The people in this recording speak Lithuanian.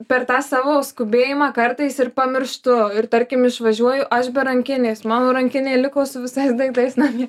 per tą savo skubėjimą kartais ir pamirštu ir tarkim išvažiuoju aš be rankinės mano rankinė liko su visais daiktais namie